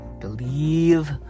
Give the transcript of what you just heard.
Believe